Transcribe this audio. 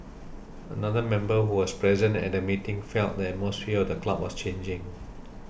another member who was present at the meeting felt the atmosphere the club was changing